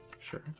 sure